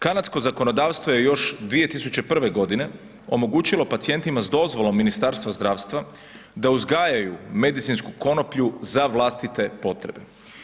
Kanadsko zakonodavstvo je još 2001.g. omogućilo pacijentima s dozvolom Ministarstva zdravstva da uzgajaju medicinsku konoplju za vlastite potrebe.